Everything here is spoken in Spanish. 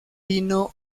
pino